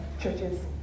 churches